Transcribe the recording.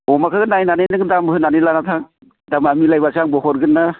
अमाखौ नायनानै नों दाम होनानै लाना थां दामा मिलायबायो आंबो हरगोन ना